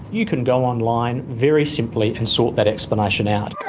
you can go online very simply and sort that explanation out.